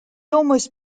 almost